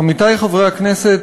עמיתי חברי הכנסת,